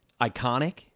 iconic